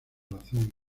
razón